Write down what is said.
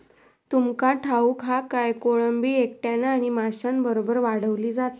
तुमका ठाऊक हा काय, कोळंबी एकट्यानं आणि माशांबरोबर वाढवली जाता